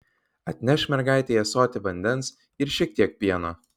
atnešk mergaitei ąsotį vandens ir šiek tiek pieno